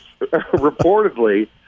reportedly